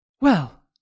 Well